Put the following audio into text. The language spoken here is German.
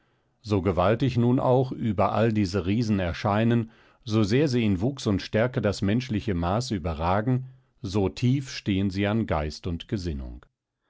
so gewaltig nun auch überall diese riesen erscheinen so sehr sie in wuchs und stärke das menschliche maß überragen so tief stehen sie an geist und gesinnung